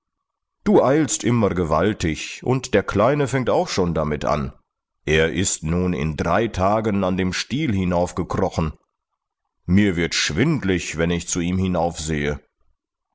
du eilst immer gewaltig und der kleine fängt auch schon damit an er ist nun in drei tagen an dem stiel hinaufgekrochen mir wird schwindlig wenn ich zu ihm